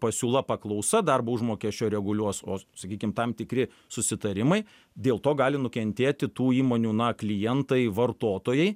pasiūla paklausa darbo užmokesčio reguliuos o sakykim tam tikri susitarimai dėl to gali nukentėti tų įmonių na klientai vartotojai